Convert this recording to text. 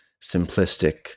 simplistic